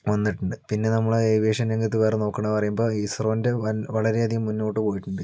വന്നിട്ടുണ്ട് പിന്നെ നമ്മുടെ ഏവിയേഷൻ രംഗത്തു വേറെ നോക്കുകയാണെന്ന് പറയുമ്പോൾ ഇസ്രോന്റെ വൻ വളരെ അധികം മുന്നോട്ട് പോയിട്ടുണ്ട്